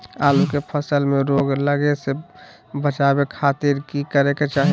आलू के फसल में रोग लगे से बचावे खातिर की करे के चाही?